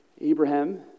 Abraham